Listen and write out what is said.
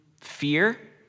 fear